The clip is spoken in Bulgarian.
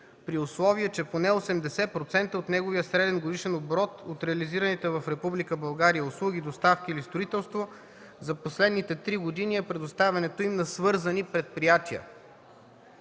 при условие че поне 80% от неговия среден годишен оборот от реализираните в Република България услуги, доставки или строителство, за последните три години е предоставянето им на свързани предприятия.